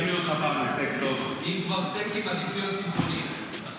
גם אני צמחונית.